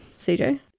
CJ